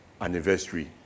anniversary